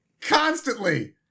Constantly